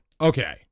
Okay